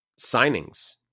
signings